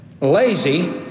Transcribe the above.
Lazy